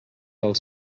els